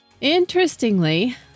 Interestingly